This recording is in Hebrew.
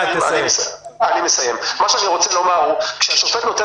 מה שאני רוצה לומר הוא כשהשופט נותן